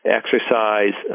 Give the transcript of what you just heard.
exercise